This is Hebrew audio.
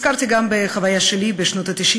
נזכרתי גם בחוויה שלי בשנות ה-90,